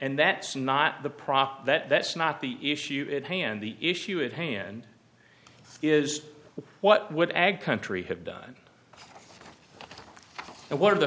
and that's not the prop that's not the issue at hand the issue at hand is what would ag country have done and one of the